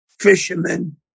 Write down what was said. Fishermen